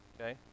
Okay